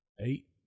Eight